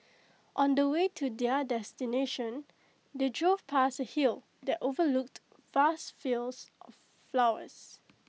on the way to their destination they drove past A hill that overlooked vast fields of flowers